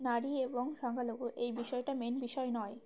নারী এবং সংখ্যালঘু এই বিষয়টা মেইন বিষয় নয়